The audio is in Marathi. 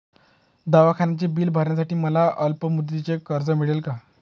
दवाखान्याचे बिल भरण्यासाठी मला अल्पमुदतीचे कर्ज मिळेल का?